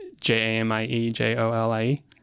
J-A-M-I-E-J-O-L-I-E